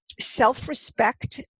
self-respect